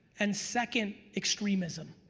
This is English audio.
and second, extremism.